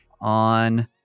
On